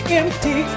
empty